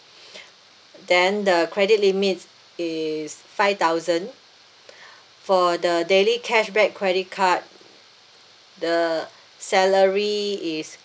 then the credit limit is five thousand for the daily cashback credit card the salary is